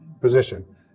position